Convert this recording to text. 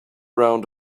around